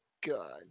god